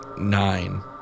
Nine